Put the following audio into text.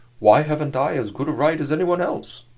why haven't i as good a right as anyone else?